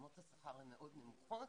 רמות השכר מאוד נמוכות